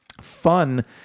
fun